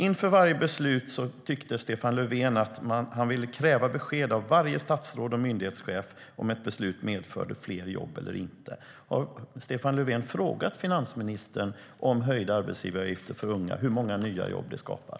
Inför varje beslut sa Stefan Löfven att han tänkte kräva besked av varje statsråd och myndighetschef om det medförde fler jobb eller inte. Har Stefan Löfven frågat finansministern om hur många nya jobb höjda arbetsavgifter för unga skapar?